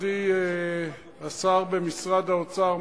מכובדי השר במשרד האוצר,